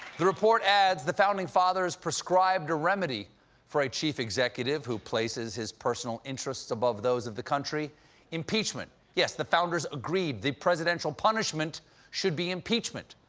the report adds, the founding fathers prescribed a remedy for a chief executive who places his personal interests above those of the country impeachment. yes, the founders agreed the presidential punishment should be impeachment,